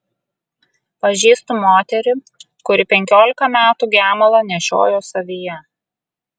pažįstu moterį kuri penkiolika metų gemalą nešiojo savyje